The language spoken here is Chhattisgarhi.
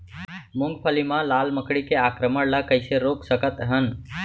मूंगफली मा लाल मकड़ी के आक्रमण ला कइसे रोक सकत हन?